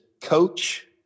Coach